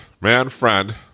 man-friend